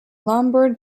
lombard